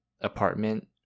apartment